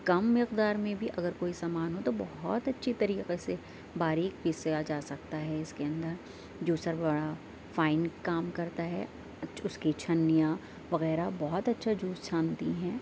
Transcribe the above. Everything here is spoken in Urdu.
کم مقدار میں بھی اگر کوئی سامان ہو تو بہت اچھی طریقے سے باریک پیسا جا سکتا ہے اس کے اندر جوسر ہوا فائن کام کرتا ہے اس کی چھننیاں وغیرہ بہت اچھا جوس چھانتی ہیں